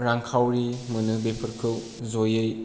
रांखावरि मोनो बेफोरखौ ज'यै